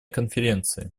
конференции